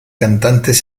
cantantes